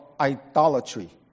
idolatry